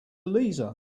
elisa